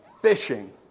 fishing